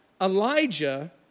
Elijah